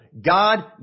God